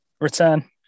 Return